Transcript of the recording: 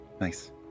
nice